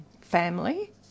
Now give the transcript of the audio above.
family